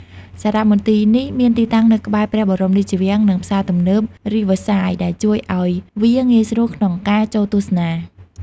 សារមន្ទីរនេះមានទីតាំងនៅក្បែរព្រះបរមរាជវាំង និងផ្សារទំនើបរីវើសាយ ដែលធ្វើឲ្យវាងាយស្រួលក្នុងការចូលទស្សនា។